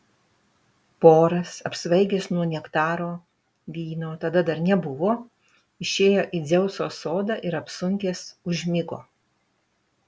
poras apsvaigęs nuo nektaro vyno tada dar nebuvo išėjo į dzeuso sodą ir apsunkęs užmigo